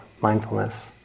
mindfulness